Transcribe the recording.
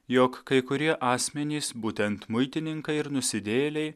jog kai kurie asmenys būtent muitininkai ir nusidėjėliai